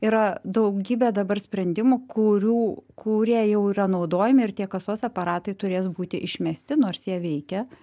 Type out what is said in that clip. yra daugybė dabar sprendimų kurių kurie jau yra naudojami ir tie kasos aparatai turės būti išmesti nors jie veikia